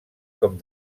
com